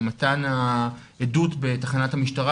או מתן העדות בתחנת המשטרה,